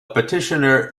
petitioner